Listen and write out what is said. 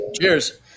Cheers